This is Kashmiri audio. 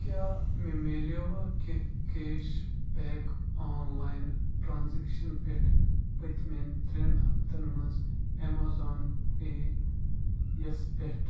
کیٛاہ مےٚ مِلیووَہ کیٚنٛہہ cash back online transaction پٮ۪ٹھ پٔتۍمٮ۪ن ترٛٮ۪ن ہفتن مَنٛز اٮ۪مٮ۪زان پے یَس پٮ۪ٹھ